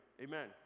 Amen